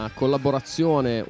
collaborazione